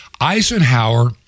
Eisenhower